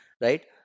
right